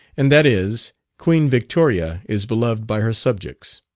and that is queen victoria is beloved by her subjects.